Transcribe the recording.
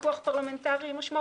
כך שיהיה פה פיקוח פרלמנטרי משמעותי,